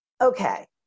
Okay